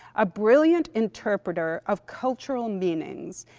a brilliant interpreter of cultural meanings,